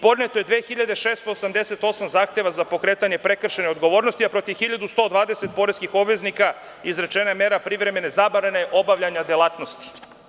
Podneto je 2.688 zahteva za pokretanje prekršajne odgovornosti, a protiv 1.120 poreskih obveznika izrečena je mera privremene zabrane obavljanja delatnosti.